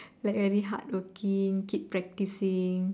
like very hardworking keep practicing